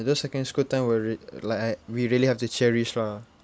secondary school time we re~ like err we really have to cherish lah